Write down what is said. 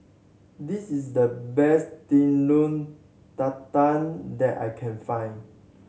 this is the best Telur Dadah that I can find